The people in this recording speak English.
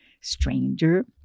stranger